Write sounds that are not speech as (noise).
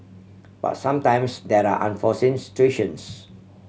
but sometimes there are unforeseen (unintelligible)